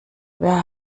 wer